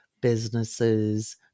businesses